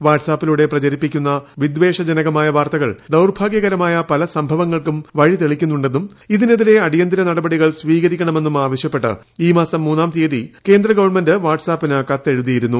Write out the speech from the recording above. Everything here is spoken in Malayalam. വാട്ട്സാപ്പി ലൂടെ പ്രചരിപ്പിക്കുന്ന വിദ്വേഷജനകമായ വാർത്തകൾ ദൌർഭാഗ്യക രമായ പല സംഭവങ്ങൾക്കും വഴിതെളിക്കുന്നു ന്നും ഇതിനെതിരെ അടിയന്തിര നടപടികൾ സ്വീകരിക്കണമെന്ന് ആവശ്യപ്പെട്ട് ഈ മാസം മൂന്നാം തീയതി കേന്ദ്ര ഗവൺമെന്റ്വാട്ട്സാപ്പിന് കത്തെഴുതിയിരുന്നു